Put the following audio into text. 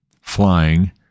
flying